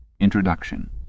Introduction